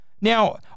Now